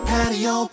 Patio